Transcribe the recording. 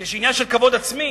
כי יש עניין של כבוד עצמי.